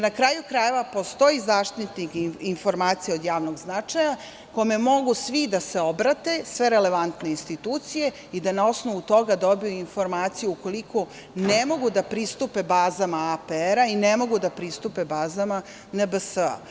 Na kraju krajeva, postoji zaštitnik o informacijama od javnog značaja kome mogu svi da se obrate, sve relevantne institucije i da na osnovu toga dobiju informaciju, ako ne mogu da pristupe bazama APR i ako ne mogu da pristupe bazama NBS.